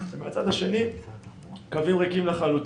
ומצד שני קווים ריקים לחלוטין.